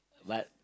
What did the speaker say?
but